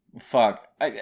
fuck